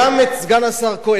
כמה אנשים היו שם?